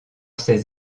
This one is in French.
ses